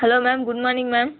hello ma'am good morning ma'am